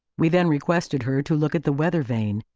we then requested her to look at the weather-vane.